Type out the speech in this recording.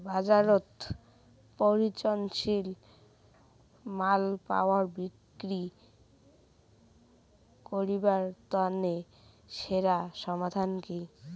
বাজারত পচনশীল মালপত্তর বিক্রি করিবার তানে সেরা সমাধান কি?